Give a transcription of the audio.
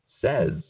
says